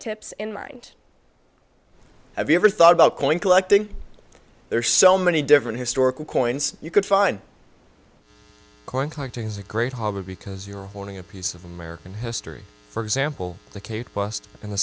tips in mind have you ever thought about going collecting there are so many different historical coins you could find coin collecting is a great hobby because you're holding a piece of american history for example the